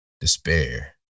despair